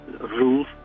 rules